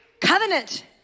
covenant